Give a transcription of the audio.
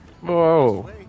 Whoa